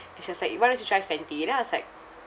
it's just like you why don't you try Fenty and then I was like